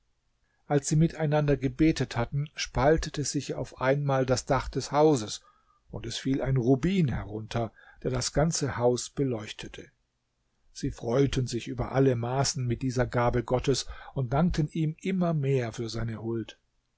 als sie miteinander gebetet hatten spaltete sich auf einmal das dach des hauses und es fiel ein rubin herunter der das ganze haus beleuchtete sie freuten sich über alle maßen mit dieser gabe gottes und dankten ihm immer mehr für seine huld